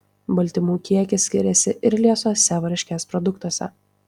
baltymų kiekis skiriasi ir liesuose varškės produktuose